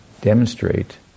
demonstrate